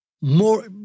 more